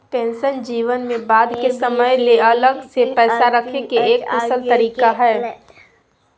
pension जीवन में बाद के समय ले अलग से पैसा रखे के एक कुशल तरीका हय